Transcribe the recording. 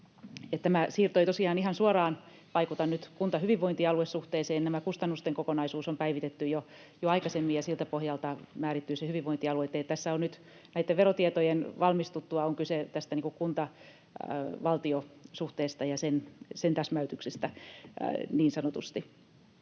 tämä siirto ei tosiaan ihan suoraan vaikuta nyt kunta—hyvinvointialue-suhteeseen. Tämä kustannusten kokonaisuus on päivitetty jo aikaisemmin, ja siltä pohjalta määrittyy se hyvinvointialueitten osuus. Tässä on nyt näitten verotietojen valmistuttua kyse tästä kunta—valtio-suhteesta ja sen täsmäytyksestä, niin sanotusti.